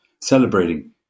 celebrating